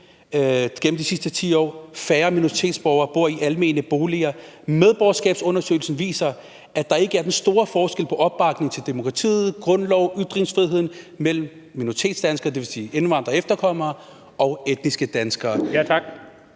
gennem de sidste 10 år, færre minoritetsborgere bor i almene boliger, medborgerskabsundersøgelsen viser, at der ikke er den store forskel på opbakning til demokratiet, grundloven, ytringsfriheden mellem minoritetsdanskere, dvs. indvandrere og efterkommere, og etniske danskere.